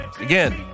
Again